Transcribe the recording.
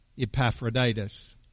Epaphroditus